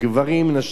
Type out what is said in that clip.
נשים וטף.